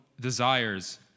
desires